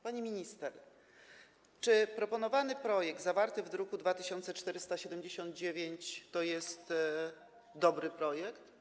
Pani minister, czy proponowany projekt zawarty w druku nr 2479 to jest dobry projekt?